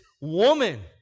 woman